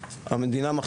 דיברנו,